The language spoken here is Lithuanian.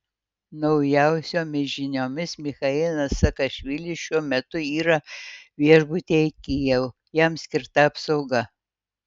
naujausiomis žiniomis michailas saakašvilis šiuo metu yra viešbutyje kijev jam skirta apsauga